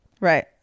Right